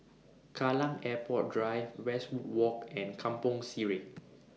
Kallang Airport Drive Westwood Walk and Kampong Sireh